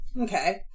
Okay